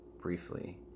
briefly